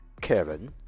Kevin